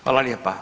Hvala lijepa.